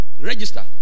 Register